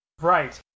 Right